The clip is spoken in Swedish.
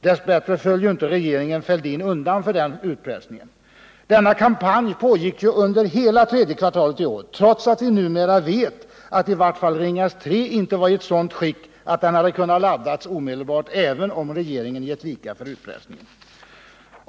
Dess bättre föll inte regeringen Fälldin undan för denna utpressning. Denna kampanj pågick under hela tredje kvartalet i år, trots att vi numera vet att i vart fall Ringhals 3 inte var i sådant skick att den hade kunnat laddas omedelbart, även om regeringen hade gett vika för utpressningen.